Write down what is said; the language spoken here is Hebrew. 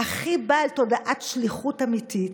הכי בעל תודעת שליחות אמיתית.